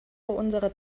unsere